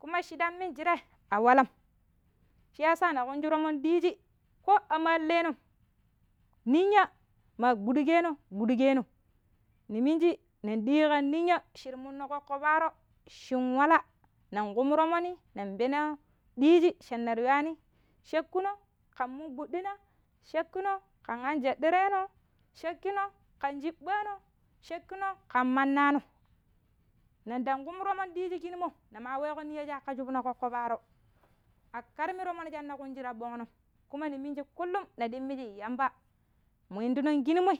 kuma shidam minjirai a walam shiyasa ne ƙuunji to̱mo̱n ɗiiji ko amalleno̱m minya maa gbuɗukeene gbuɗukeeno̱. Ne miniji nen diina ƙan ninya shire mo̱nno̱ ƙoƙƙo paaro̱ shin wala nen ƙumu to̱mo̱ni nen peno̱ diiji shinne ta yiwaani sha̱kkino̱ kah mungbuddina sha̱kkino̱ ƙan anjeɗɗureeno̱ shakkino ƙan chiɓɓaano̱ sha̱kkine ƙan mannano̱ nendang ƙuma to̱mo̱n diiji kijima ne maa weeƙo ninya chira shubna ƙoƙƙo paaro̱. Akari murimuro̱ shi kunji ta bongno̱m. kuma ne miniji kullum ne dimiji yamba mu indino̱n kijimo̱i.